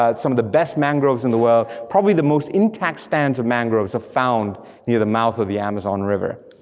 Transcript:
ah some of the best mangroves in the world, probably the most intact stacks of mangroves are found near the mouth of the amazon river.